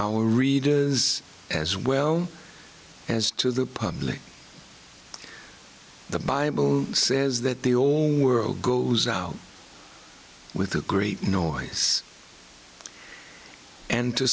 our readers as well as to the public the bible says that the whole world goes out with a great noise and to